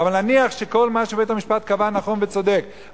אבל נניח שכל מה שבית-המשפט קבע נכון וצודק,